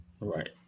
right